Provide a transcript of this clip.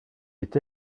est